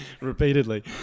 Repeatedly